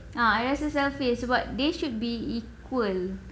ah I rasa selfish sebab they should be equal